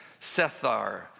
Sethar